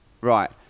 right